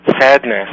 sadness